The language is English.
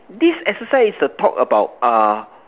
this exercise is to talk about uh